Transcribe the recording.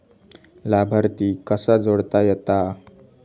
लाभार्थी कसा जोडता येता?